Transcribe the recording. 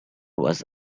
was